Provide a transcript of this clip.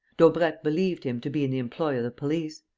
daubrecq believed him to be in the employ of the police.